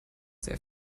sehr